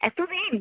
এত দিন